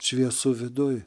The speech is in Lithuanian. šviesu viduj